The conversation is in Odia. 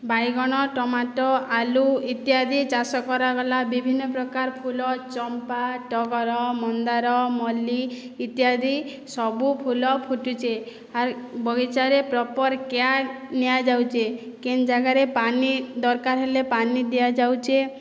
ବାଇଗଣ ଟମାଟୋ ଆଲୁ ଇତ୍ୟାଦି ଚାଷ କରାଗଲା ବିଭିନ୍ନପ୍ରକାର ଫୁଲ ଚମ୍ପା ଟଗର ମନ୍ଦାର ମଲ୍ଲି ଇତ୍ୟାଦି ସବୁ ଫୁଲ ଫୁଟିଛି ଆର୍ ବଗିଚାରେ ପ୍ରପର୍ କେୟାର୍ ନିଆଯାଉଛେ କେନ୍ ଜାଗାରେ ପାନି ଦର୍କାର୍ ହେଲେ ପାନି ଦିଆଯାଉଛେ